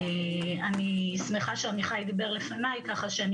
אני שמחה שעמיחי דיבר לפניי ככה שאני